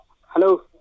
Hello